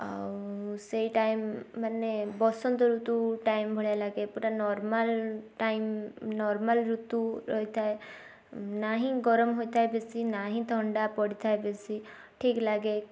ଆଉ ସେଇ ଟାଇମ ମାନେ ବସନ୍ତ ଋତୁ ଟାଇମ ଭଳିଆ ଲାଗେ ପୁରା ନର୍ମାଲ ଟାଇମ ନର୍ମାଲ ଋତୁ ରହିଥାଏ ନାହିଁ ଗରମ ହୋଇଥାଏ ବେଶୀ ନାହିଁ ଥଣ୍ଡା ପଡ଼ିଥାଏ ବେଶୀ ଠିକ୍ ଲାଗେ